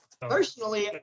Personally